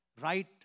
right